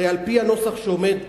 הרי על-פי הנוסח שעומד לפנינו,